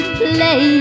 play